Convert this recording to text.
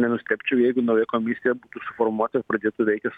nenustebčiau jeigu nauja komisija būtų išformuota ir pradėtų veikti